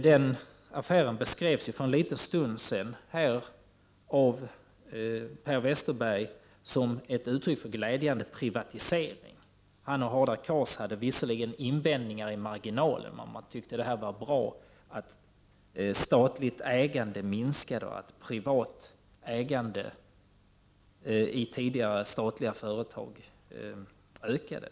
Den affären beskrevs här för en liten stund sedan av Per Westerberg som en glädjande privatisering. Han och Hadar Cars hade visserligen invändningar i marginalen, men de tyckte att det var bra att statligt ägande minskade och att privat ägande i tidigare statliga företag ökade.